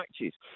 matches